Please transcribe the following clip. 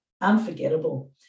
Unforgettable